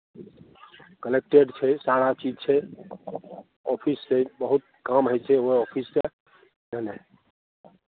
collectorate छै सारा चीज छै ऑफिस छै बहुत काम होइ छै ओहि ऑफिससँ बुझलियै